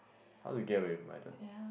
How to Get Away with Murder